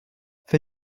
für